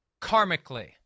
karmically